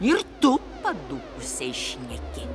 ir tu padūkusiai šneki